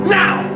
now